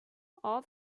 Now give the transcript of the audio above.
all